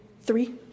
three